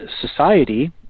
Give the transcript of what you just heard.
society